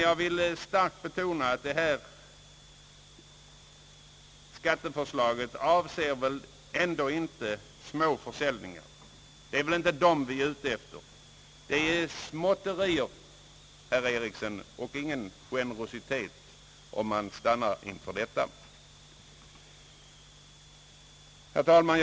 Jag vill starkt betona att detta skatteförslag väl ändå inte avser småförsäljningar; det är ju inte dem vi är ute efter. Det är småtterier, herr Eriksson, och ingen generositet att stanna inför detta. Herr talman!